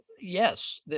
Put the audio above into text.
yes